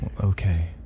Okay